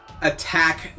attack